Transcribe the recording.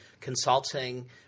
consulting